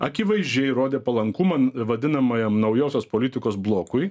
akivaizdžiai rodė palankumą vadinamajam naujosios politikos blokui